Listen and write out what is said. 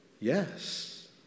Yes